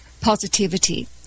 positivity